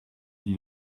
dit